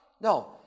No